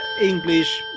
English